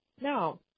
Now